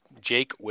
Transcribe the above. Jake